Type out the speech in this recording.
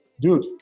dude